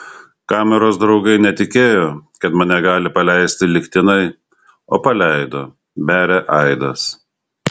kameros draugai netikėjo kad mane gali paleisti lygtinai o paleido beria aidas